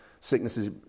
sicknesses